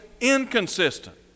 inconsistent